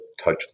touchless